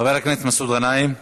חבר הכנסת מסעוד גנאים,